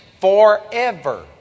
forever